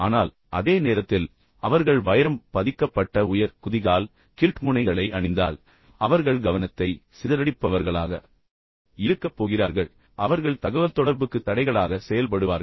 ஆனால் அதே நேரத்தில் அவர்கள் வைரம் பதிக்கப்பட்ட உயர் குதிகால் கில்ட் முனைகளை அணிந்தால் அவர்கள் கவனத்தை சிதறடிப்பவர்களாக இருக்கப் போகிறார்கள் மேலும் அவர்கள் தகவல்தொடர்புக்கு தடைகளாக செயல்படுவார்கள்